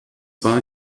war